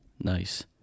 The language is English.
Nice